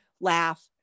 laugh